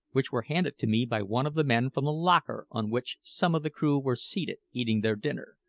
which were handed to me by one of the men from the locker on which some of the crew were seated eating their dinner.